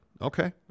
Okay